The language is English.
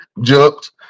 jumped